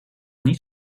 niet